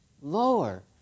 lower